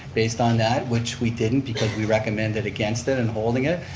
based on that, which we didn't because we recommended against it and holding it.